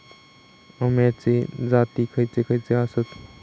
अम्याचे जाती खयचे खयचे आसत?